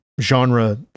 genre